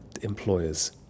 employers